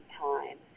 time